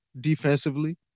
defensively